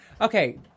okay